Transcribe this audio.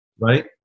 right